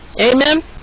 Amen